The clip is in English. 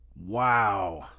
Wow